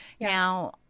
now